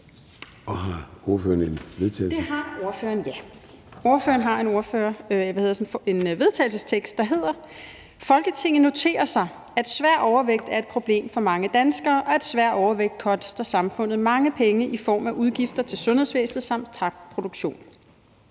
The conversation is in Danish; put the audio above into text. Mette Thiesen (DF): Det har ordføreren, ja. Ordføreren har en vedtagelsestekst, der lyder: Forslag til vedtagelse »Folketinget noterer sig, at svær overvægt er et problem for mange danskere, og at svær overvægt koster samfundet mange penge i form af udgifter til sundhedsvæsenet samt tabt produktion.